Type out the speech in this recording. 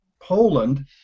Poland